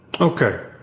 Okay